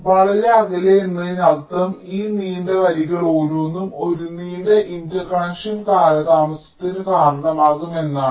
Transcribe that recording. വളരെ അകലെ എന്നതിനർത്ഥം ഈ നീണ്ട വരികൾ ഓരോന്നും ഒരു നീണ്ട ഇന്റർകണക്ഷൻ കാലതാമസത്തിന് കാരണമാകും എന്നാണ്